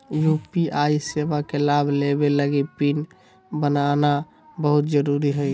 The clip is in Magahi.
यू.पी.आई सेवा के लाभ लेबे लगी पिन बनाना बहुत जरुरी हइ